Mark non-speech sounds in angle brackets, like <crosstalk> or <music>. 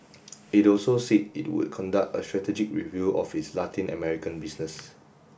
<noise> it also said it would conduct a strategic review of its Latin American business